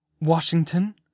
Washington